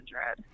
hundred